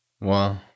Wow